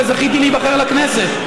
וזכיתי להיבחר לכנסת,